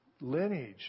lineage